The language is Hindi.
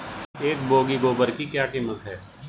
एक बोगी गोबर की क्या कीमत है?